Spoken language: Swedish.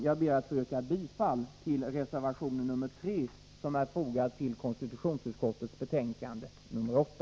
Jag ber att få yrka bifall till reservationen nr 3, som är fogad till konstitutionsutskottets betänkande nr 8.